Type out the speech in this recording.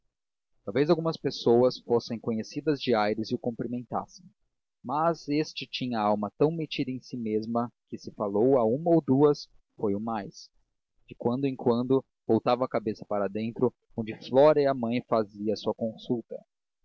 talvez algumas pessoas fossem conhecidas de aires e o cumprimentassem mas este tinha a alma tão metida em si mesma que se falou a uma ou duas foi o mais de quando em quando voltava a cabeça para dentro onde flora e a mãe faziam a sua consulta